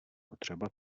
potřeba